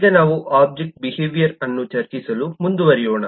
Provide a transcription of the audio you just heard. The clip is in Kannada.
ಈಗ ನಾವು ಒಬ್ಜೆಕ್ಟ್ನ ಬಿಹೇವಿಯರ್ ಅನ್ನು ಚರ್ಚಿಸಲು ಮುಂದುವರಿಯೋಣ